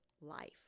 life